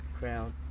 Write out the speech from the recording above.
crowd